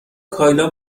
کایلا